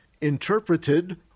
interpreted